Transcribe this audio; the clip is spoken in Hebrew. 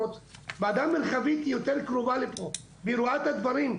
הוועדה המרחבית יותר קרובה לפה ורואה את הדברים,